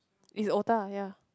is otah ya